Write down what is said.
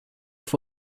auf